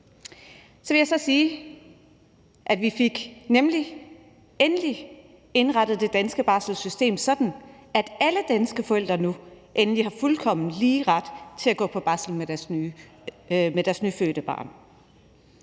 Jeg vil så sige, at vi endelig fik indrettet det danske barselssystem sådan, at alle danske forældre nu endelig har fuldkommen lige ret til at gå på barsel med deres nyfødte barn.